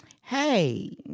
hey